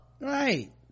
right